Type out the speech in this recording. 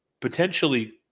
potentially